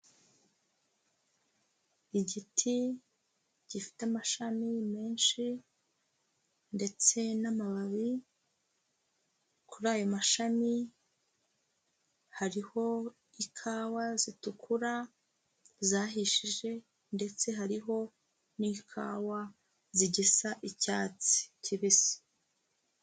Igiti gifite amashami menshi ndetse n'amababi. Kuri ayo mashami hariho ikawa zitukura, zahishije ndetse hariho n'ikawa zigisa icyatsi kibisi.